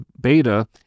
beta